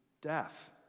death